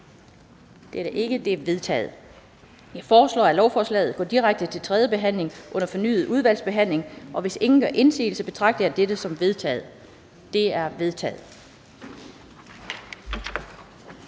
Det er vedtaget. Jeg foreslår, at lovforslaget går direkte til tredje behandling uden fornyet udvalgsbehandling. Hvis ingen gør indsigelse, betragter jeg dette som vedtaget. Det er vedtaget.